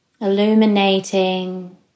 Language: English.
illuminating